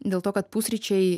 dėl to kad pusryčiai